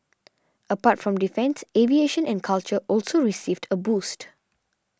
apart from defence aviation and culture also received a boost